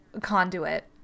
conduit